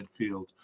midfield